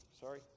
sorry